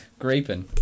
graping